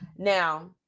now